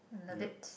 love it